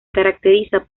caracteriza